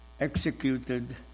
Executed